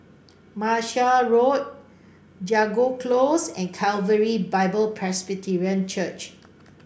Martia Road Jago Close and Calvary Bible Presbyterian Church